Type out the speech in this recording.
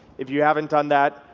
if you haven't done that,